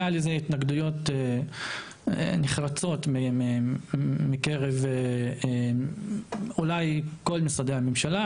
היה לזה התנגדויות נחרצות מקרב אולי כל משרדי הממשלה,